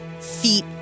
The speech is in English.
feet